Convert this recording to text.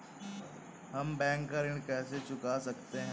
हम बैंक का ऋण कैसे चुका सकते हैं?